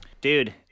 Dude